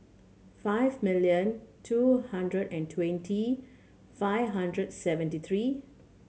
five million two hundred and twenty five hundred seventy three